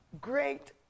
great